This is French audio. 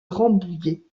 rambouillet